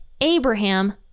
Abraham